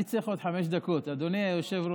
אני צריך עוד חמש דקות, אדוני היושב-ראש.